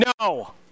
No